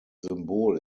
symbol